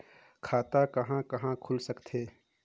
खाता कहा कहा खुल सकथे?